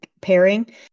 pairing